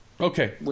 Okay